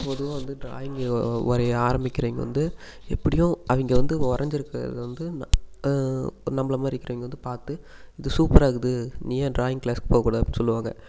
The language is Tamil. பொதுவாக வந்து டிராயிங்கை வரைய ஆரம்பிக்கிறவங்க வந்து எப்படியோ அவங்க வந்து வரைஞ்சிருக்கறத வந்து நான் நம்மள மாதிரி இருக்கறவங்க வந்து பார்த்து இது சூப்பராக இருக்குது நீ ஏன் டிராயிங் கிளாஸ் போகக் கூடாது அப்படின்னு சொல்லுவாங்க